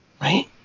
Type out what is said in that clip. right